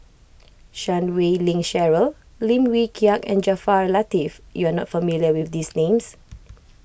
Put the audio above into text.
Chan Wei Ling Cheryl Lim Wee Kiak and Jaafar Latiff you are not familiar with these names